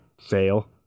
fail